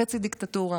חצי דיקטטורה,